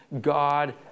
God